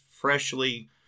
freshly